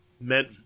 meant